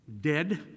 dead